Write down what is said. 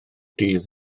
dydd